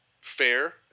fair